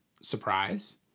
surprise